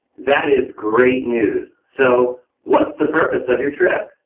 that is great news! so what's the purpose of your trip?